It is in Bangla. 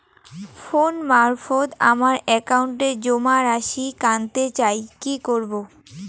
ফোন মারফত আমার একাউন্টে জমা রাশি কান্তে চাই কি করবো?